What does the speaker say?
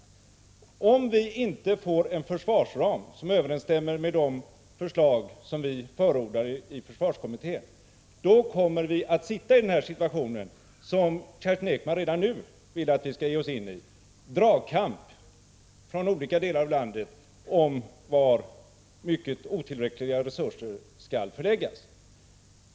Om vi inte får en = 24 april 1986 försvarsram som överensstämmer med de förslag som vi förordar i försvarskommittén, då kommer vi att sitta i den situation som Kerstin Ekman redan nu vill att vi skall ge oss in i, nämligen dragkamp från olika delar av landet om var mycket otillräckliga resurser skall förläggas.